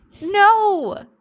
No